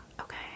Okay